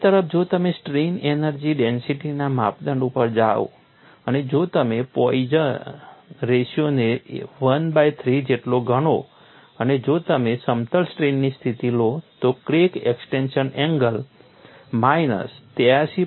બીજી તરફ જો તમે સ્ટ્રેઇન એનર્જી ડેન્સિટીના માપદંડ ઉપર જાઓ અને જો તમે પોઇઝન રેશિયોને 1 બાય 3 જેટલો ગણો અને જો તમે સમતલ સ્ટ્રેઇનની સ્થિતિ લો તો ક્રેક એક્સ્ટેંશન એંગલ માઇનસ 83